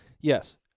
Yes